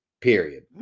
Period